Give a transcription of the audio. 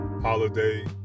holiday